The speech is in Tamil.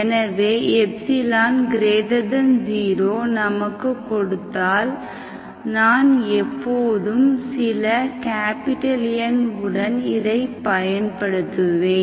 எனவே ε0நமக்கு கொடுத்தால் நான் எப்போதும் சில N உடன் இதை பயன்படுத்துவேன்